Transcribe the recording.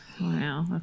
Wow